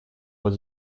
вот